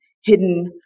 hidden